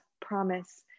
promise